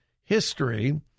history